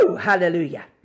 Hallelujah